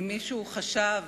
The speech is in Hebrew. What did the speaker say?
אם מישהו חשב